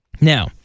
Now